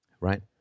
right